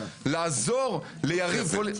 לעזור ליריב פוליטי?